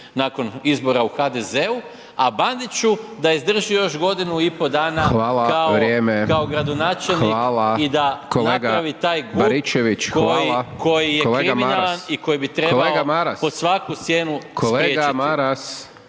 nakon izbora u HDZ-u, a Bandiću da izdrži još godinu i po dana kao gradonačelnik i da napravi taj GUP koji je kriminalan i koji bi trebalo pod svaku cijenu spriječiti.